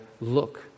look